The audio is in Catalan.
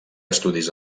estudis